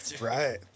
right